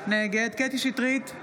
נגד קטי קטרין שטרית,